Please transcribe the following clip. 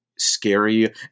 scary